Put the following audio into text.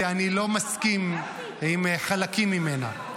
כי אני לא מסכים עם חלקים ממנה,